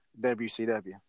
WCW